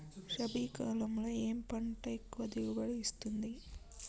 రబీ కాలంలో ఏ పంట ఎక్కువ దిగుబడి ఇస్తుంది?